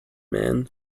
man